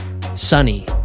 Sunny